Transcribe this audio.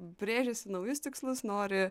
brėžiasi naujus tikslus nori